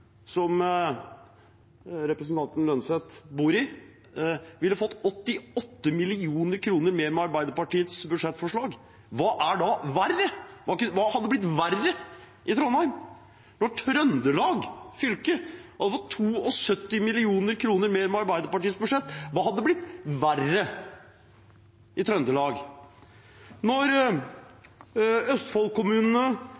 som representanten Holm Lønseth bor i, ville fått 88 mill. kr mer med Arbeiderpartiets budsjettforslag, hva hadde da blitt verre i Trondheim? Når Trøndelag fylke hadde fått 72 mill. kr mer med Arbeiderpartiets budsjett, hva hadde blitt verre i Trøndelag?